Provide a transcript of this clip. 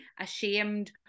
ashamed